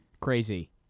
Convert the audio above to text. crazy